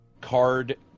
card